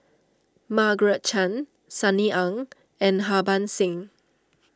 Margaret Chan Sunny Ang and Harbans Singh